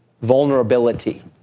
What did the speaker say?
vulnerability